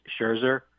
Scherzer